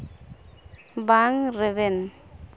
ᱵᱟᱝ ᱨᱮᱵᱮᱱ